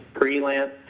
Freelance